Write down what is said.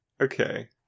Okay